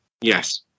Yes